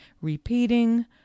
repeating